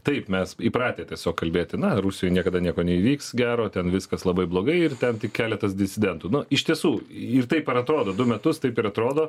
taip mes įpratę tiesiog kalbėti na rusijoj niekada nieko neįvyks gero ten viskas labai blogai ir ten tik keletas disidentų nu iš tiesų ir taip ir atrodo du metus taip ir atrodo